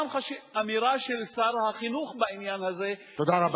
גם אמירה של שר החינוך בעניין הזה, תודה רבה.